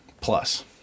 Plus